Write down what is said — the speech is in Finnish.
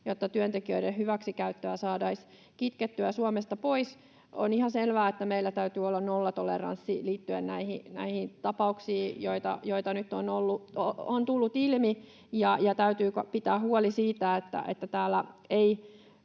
jotta työntekijöiden hyväksikäyttöä saataisiin kitkettyä Suomesta pois. On ihan selvää, että meillä täytyy olla nollatoleranssi liittyen näihin tapauksiin, joita nyt on tullut ilmi. Täytyy pitää huoli siitä, että täällä ei